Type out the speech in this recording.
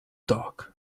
talk